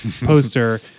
poster